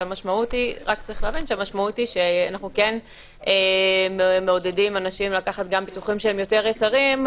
המשמעות היא שאנחנו כן מעודדים אנשים לקחת גם ניתוחים יותר יקרים,